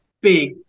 big